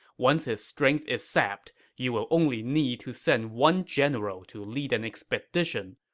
once his strength is sapped, you will only need to send one general to lead an expedition,